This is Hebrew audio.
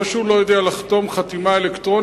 לא שהוא לא יודע לחתום חתימה אלקטרונית,